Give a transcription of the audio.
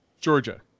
Georgia